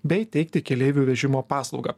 bei teikti keleivių vežimo paslaugą